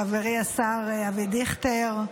חברי השר אבי דיכטר,